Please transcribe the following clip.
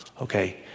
Okay